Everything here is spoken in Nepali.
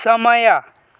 समय